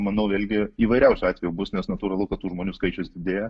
manau vėlgi įvairiausių atvejų bus nes natūralu kad tų žmonių skaičius didėja